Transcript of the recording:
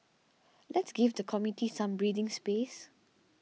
let's give the committee some breathing space